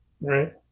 Right